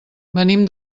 venim